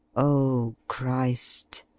oh christ!